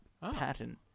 Pattern